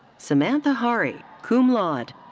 samantha hari, cum laude.